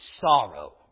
sorrow